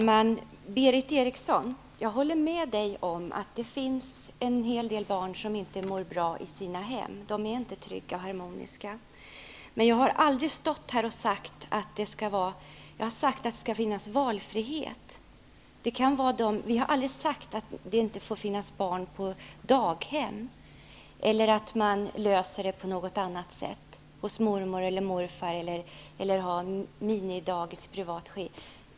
Herr talman! Jag håller med Berith Eriksson om att det finns en hel del barn som inte mår bra i sina hem och som inte är trygga och harmoniska. Jag har bara sagt att det skall finnas valfrihet. Jag har aldrig sagt att det inte skall få finnas barn på daghem eller att man inte kan lösa frågan om barnomsorg på annat sätt, t.ex. genom att ha barnen hos mormor eller morfar, minidagis i privat regi, osv.